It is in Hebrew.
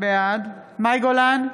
בעד מאי גולן,